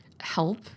help